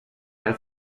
der